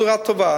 בשורה טובה,